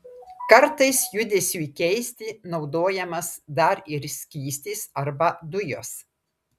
kartais judesiui keisti naudojamas dar ir skystis arba dujos